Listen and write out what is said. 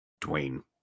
Dwayne